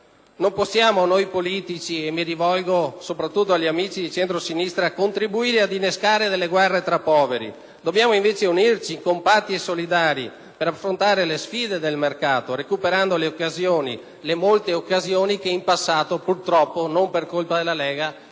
Non possiamo noi politici - mi rivolgo soprattutto agli amici di centrosinistra - contribuire ad innescare delle guerre tra poveri. Dobbiamo unirci ed essere compatti e solidali per affrontare le sfide del mercato, recuperando le molte occasioni che in passato, purtroppo, non per colpa della Lega,